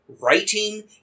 writing